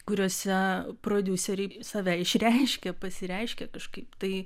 kuriuose prodiuseriai save išreiškia pasireiškia kažkaip tai